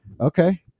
okay